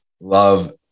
love